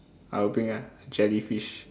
I'll bring a jellyfish